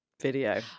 video